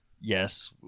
Yes